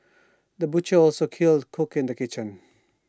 the butcher was also A skilled cook in the kitchen